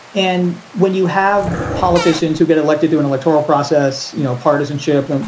and when you have politicians who get elected through an electoral process, you know, partisanship. and